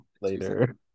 Later